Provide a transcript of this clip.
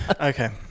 Okay